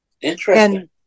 Interesting